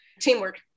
teamwork